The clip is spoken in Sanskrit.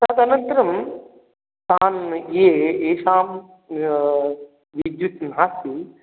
तदनन्तरं तान् ये येषां विद्युत् नास्ति